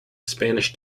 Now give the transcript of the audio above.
spanish